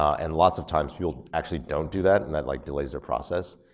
and lots of times, people actually don't do that and that like delays their process.